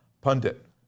Pundit